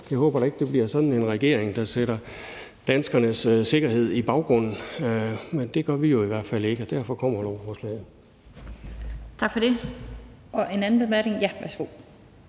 Jeg håber da ikke, det bliver sådan en regering, der sætter danskernes sikkerhed i baggrunden, men det gør vi jo i hvert fald ikke, og derfor kommer lovforslaget. Kl. 18:25 Den fg. formand